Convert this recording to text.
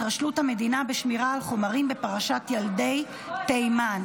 התרשלות המדינה בשמירה על חומרים בפרשת ילדי תימן,